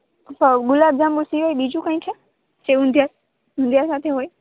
તો ગુલાબ જાંબુ સિવાય બીજું કાંઈ છે જે ઊંધિયા ઊંધિયા સાથે હોય